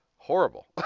horrible